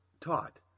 taught